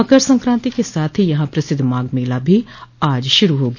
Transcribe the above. मकर संकांति के साथ ही यहा प्रसिद्ध माघ मेला भी आज शुरू हो गया